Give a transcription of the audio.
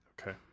Okay